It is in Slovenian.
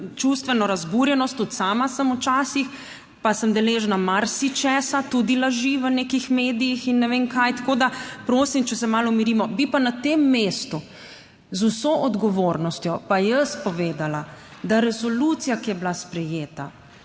čustveno razburjenost, tudi sama sem včasih, pa sem deležna marsičesa, tudi laži v nekih medijih in ne vem kaj. Tako prosim, da se malo umirimo. Bi pa na tem mestu z vso odgovornostjo pa jaz povedala, resolucija, ki je bila sprejeta,